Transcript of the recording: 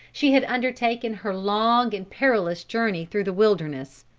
she had undertaken her long and perilous journey through the wilderness.